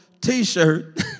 T-shirt